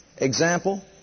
Example